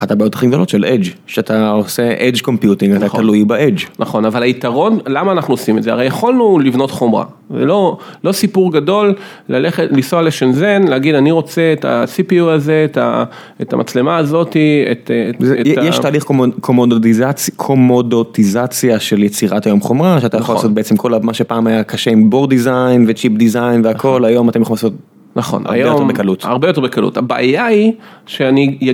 אתה בא ומתחיל לגלות ולא של אג׳ שאתה עושה אג׳ קומפיוטינג אתה תלוי באג׳ נכון אבל היתרון למה אנחנו עושים את זה הרי יכולנו לבנות חומרה ולא סיפור גדול. ללכת לנסוע לשנזן להגיד אני רוצה את הסי.פי.יו. הזה את המצלמה הזאתי יש תהליך קומודודיזציה של יצירת היום חומרה שאתה יכול לעשות בעצם כל מה שפעם היה קשה עם בורד דיזיין וצ'יפ דיזיין והכל היום אתם יכולים לעשות. נכון היום מקלות הרבה יותר בקלות הבעיה היא שאני.